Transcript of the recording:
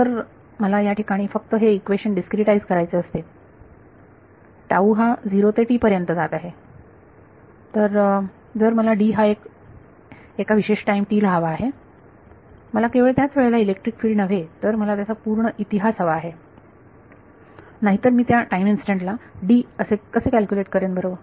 जर मला या ठिकाणी फक्त हे इक्वेशन डीस्क्रीटाईझ करायचे असते हा 0 ते t पर्यंत जात आहे तर जर मला हा एका विशेष टाईम ला हवा आहे मला केवळ त्याच वेळेला इलेक्ट्रिक फील्ड नव्हे तर मला त्याचा संपूर्ण इतिहास हवा आहे नाहीतर मी त्या टाईम इन्स्टंट ला कसे कॅल्क्युलेट करेन बरोबर